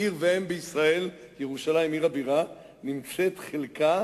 עיר ואם בישראל, ירושלים עיר הבירה, נמצאת חלקה